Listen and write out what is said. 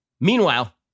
Meanwhile